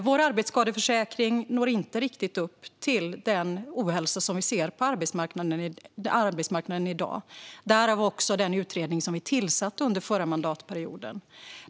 Vår arbetsskadeförsäkring täcker inte riktigt in den ohälsa som vi ser på arbetsmarknaden i dag - därav den utredning som vi tillsatte under förra mandatperioden.